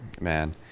man